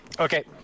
okay